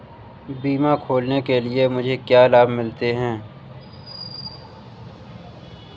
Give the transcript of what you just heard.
बीमा खोलने के लिए मुझे क्या लाभ मिलते हैं?